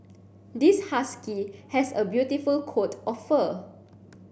this husky has a beautiful coat of fur